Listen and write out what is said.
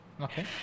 okay